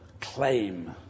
claim